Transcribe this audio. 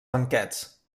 banquets